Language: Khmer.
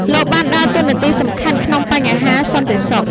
លោកបានដើរតួនាទីសំខាន់ក្នុងបញ្ហាសន្តិសុខ។